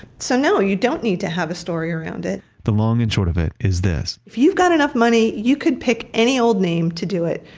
so no, you don't need to have a story around it. the long and short of it is this if you've got enough money, you could pick any old name to do it.